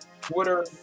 Twitter